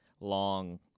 long